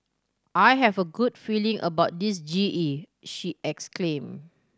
I have a good feeling about this G E she exclaimed